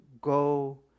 go